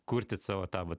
kurti savo tą va